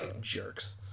Jerks